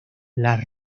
las